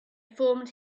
formed